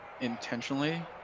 intentionally